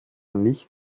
nicht